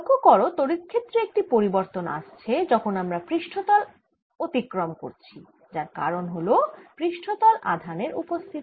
লক্ষ্য করো তড়িৎ ক্ষেত্রে একটি পরবর্তন আসছে যখন আমরা পৃষ্ঠতল অতিক্রম করছি যার কারণ হল পৃষ্ঠতল আধানের উপস্থিতি